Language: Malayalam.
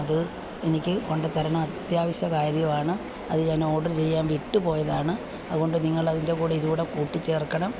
അത് എനിക്ക് കൊണ്ടുതരണം അത്യാവശ്യ കാര്യമാണ് അത് ഞാൻ ഓർഡർ ചെയ്യാൻ വിട്ട് പോയതാണ് അതുകൊണ്ട് നിങ്ങൾ അതിൻ്റെ കൂടെ ഇതും കൂടെ കൂട്ടിച്ചേർക്കണം